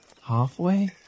Halfway